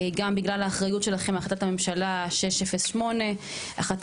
גם בגלל האחריות שלכם להחלטת הממשלה 6608 החלטה